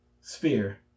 Sphere